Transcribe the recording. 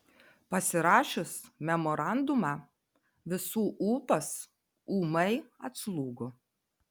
pasirašius memorandumą visų ūpas ūmai atslūgo